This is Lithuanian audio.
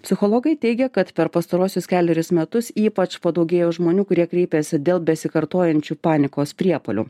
psichologai teigia kad per pastaruosius kelerius metus ypač padaugėjo žmonių kurie kreipias dėl besikartojančių panikos priepuolių